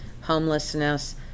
homelessness